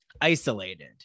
isolated